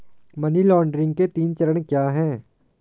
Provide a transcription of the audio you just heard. Money laundering के तीन चरण क्या हैं?